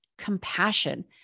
compassion